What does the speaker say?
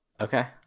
okay